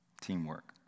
Teamwork